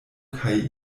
kaj